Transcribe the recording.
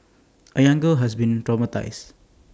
A young girl has been traumatised